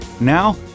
Now